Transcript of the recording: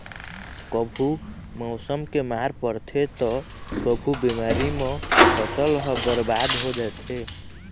कभू मउसम के मार परथे त कभू बेमारी म फसल ह बरबाद हो जाथे